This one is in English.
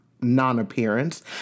non-appearance